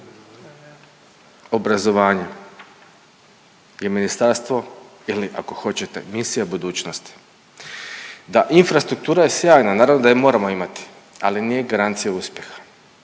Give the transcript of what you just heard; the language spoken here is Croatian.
obrazovanje i ministarstvo ili ako hoćete misija budućnosti, da infrastruktura je sjajna naravno da je moramo imati, ali nije garancija uspjeha.